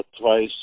twice